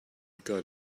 got